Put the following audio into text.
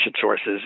sources